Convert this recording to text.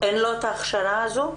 אין את ההכשרה הזו?